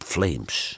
Flames